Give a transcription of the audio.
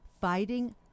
Fighting